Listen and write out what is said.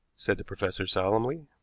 said the professor solemnly.